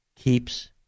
keeps